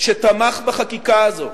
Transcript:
שתמך בחקיקה הזאת